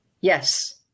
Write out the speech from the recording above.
Yes